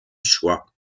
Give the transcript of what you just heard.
choix